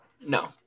No